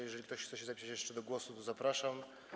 Jeżeli ktoś chce się zapisać jeszcze do głosu, to zapraszam.